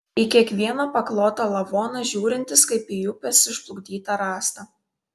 į kiekvieną paklotą lavoną žiūrintis kaip į upės išplukdytą rąstą